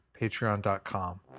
patreon.com